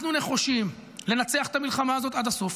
אנחנו נחושים לנצח את המלחמה הזאת עד הסוף,